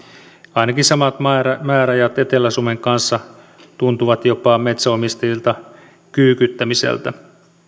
ainakin samat määrät määrät etelä suomen kanssa tuntuvat metsänomistajista jopa kyykyttämiseltä